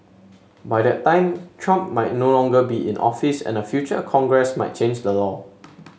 by the time Trump might no longer be in office and a future Congress might change the law